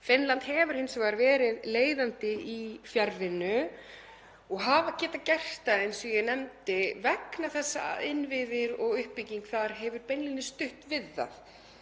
Finnland hefur hins vegar verið leiðandi í fjarvinnu og þeir hafa getað gert það, eins og ég nefndi, vegna þess að innviðir og uppbygging þar hefur beinlínis stutt við það.